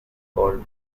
called